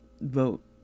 vote